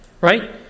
right